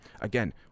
again